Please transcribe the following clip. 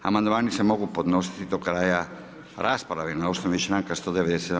Amandmani se mogu podnositi do kraja rasprave na osnovi čl. 197.